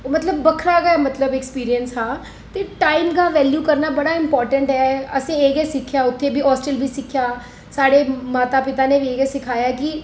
मतलब बक्खरा गै मतलब इक ऐक्सपीरियंस हा ते टाइम दा बेल्यू करना बडा इंपार्टेंट ऐ असें एह् गै सिक्खेआ गै सिक्खेआ उत्थै बी होस्टल बी सिक्खेआ साढ़े माता पिता ने बी इ'यै सखाया कि